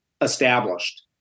established